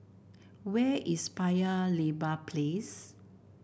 where is Paya Lebar Place